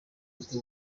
ati